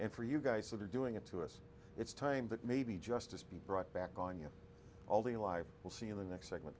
and for you guys that are doing it to us it's time that maybe justice be brought back on you all the life you'll see in the next segment